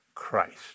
Christ